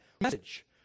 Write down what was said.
message